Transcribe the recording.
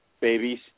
Babies